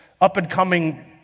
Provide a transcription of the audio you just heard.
up-and-coming